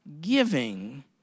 giving